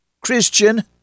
Christian